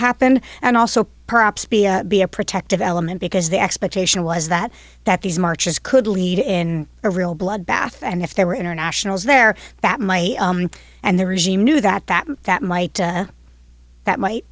happened and also perhaps be a protective element because the expectation was that that these marches could lead in a real bloodbath and if there were internationals there that might and the regime knew that that that might that might